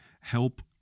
help